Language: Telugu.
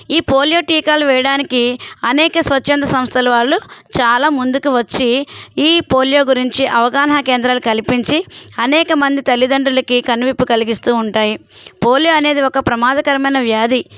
ఈ పోలియో టీకాలు వేయడానికి అనేక స్వచ్ఛంద సంస్థలు వాళ్ళు చాలా ముందుకు వచ్చి ఈ పోలియో గురించి అవగాహనా కేంద్రాలు కల్పించి అనేకమంది తల్లిదండ్రులకి కనువిప్పు కలిగిస్తూ ఉంటాయి పోలియో అనేది ఒక ప్రమాదకరమైన వ్యాధి